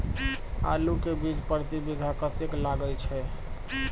आलू के बीज प्रति बीघा कतेक लागय छै?